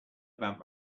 about